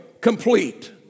complete